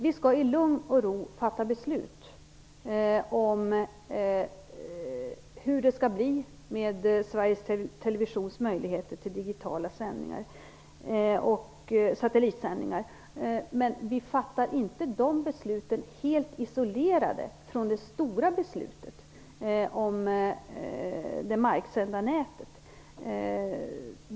Vi skall i lugn och ro fatta beslut om Sveriges Men vi fattar inte dessa beslut helt isolerade från det stora beslutet om det marksända nätet.